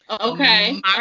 Okay